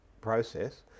process